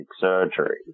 surgery